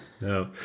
No